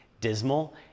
dismal